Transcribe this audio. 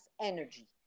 energy